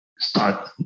Start